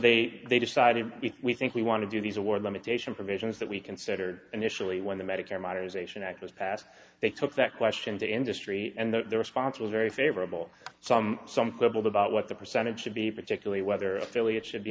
they they decided we think we want to do these award limitation provisions that we considered initially when the medicare modernization act was passed they took that question to industry and their response was very favorable some some quibble about what the percentage should be particularly whether affiliates should be